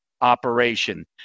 operation